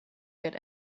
get